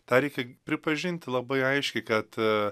tą reikia pripažinti labai aiškiai kad a